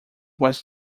was